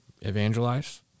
evangelize